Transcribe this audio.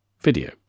video